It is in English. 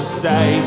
say